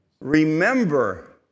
Remember